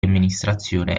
amministrazione